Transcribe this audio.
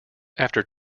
after